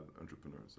entrepreneurs